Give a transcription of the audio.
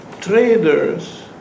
traders